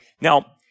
Now